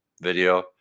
Video